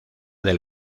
del